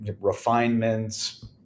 refinements